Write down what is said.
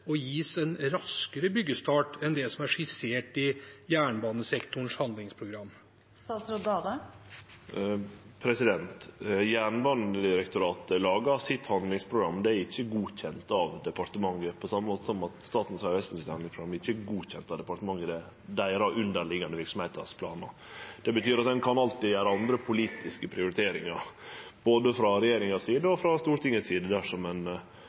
og gis en raskere byggestart enn det som er skissert i jernbanesektorens handlingsprogram? Jernbanedirektoratet lagar sitt handlingsprogram, det er ikkje godkjent av departementet, på same måte som Statens vegvesens handlingsprogram ikkje er godkjent av departementet, det er deira underliggjande verksemder sine planar. Det betyr at ein alltid kan gjere andre politiske prioriteringar, både frå regjeringas side og frå Stortingets side, dersom ein ønskjer det, i dei budsjettavtalane ein har. Det som